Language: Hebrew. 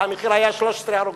והמחיר היה 13 הרוגים.